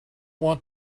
want